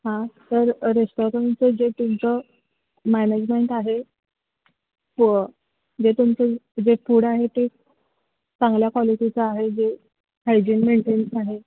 हां तर रेस्टॉरंटचं जे तुमचं मॅनेजमेंट आहे जे तुमचं जे फूड आहे ते चांगल्या क्वालिटीचं आहे जे हायजीन मेंटेन्स आहे